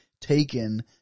taken